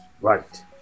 right